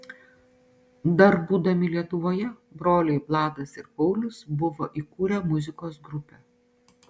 dar būdami lietuvoje broliai vladas ir paulius buvo įkūrę muzikos grupę